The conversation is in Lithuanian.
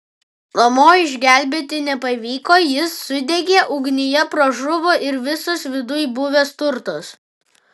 namo išgelbėti nepavyko jis sudegė ugnyje pražuvo ir visas viduj buvęs turtas